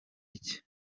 iki